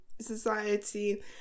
society